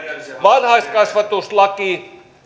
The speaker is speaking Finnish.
varhaiskasvatuslaki